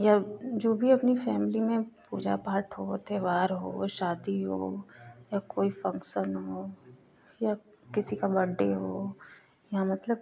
या जो भी अपनी फ़ैमिली में पूजा पाठ हो त्योहार हो शादी हो या कोई फ़न्क्शन हो या किसी का बर्थ डे हो या मतलब